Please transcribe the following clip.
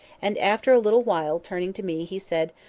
and after a little while, turning to me, he said,